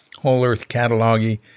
whole-earth-catalog-y